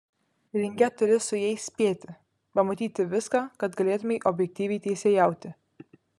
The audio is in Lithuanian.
ringe turi su jais spėti pamatyti viską kad galėtumei objektyviai teisėjauti